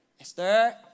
Esther